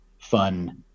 fun